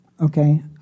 Okay